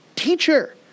teacher